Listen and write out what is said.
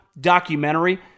documentary